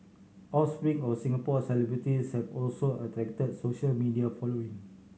offspring of Singapore celebrities have also attract social media following